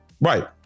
Right